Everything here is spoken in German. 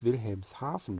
wilhelmshaven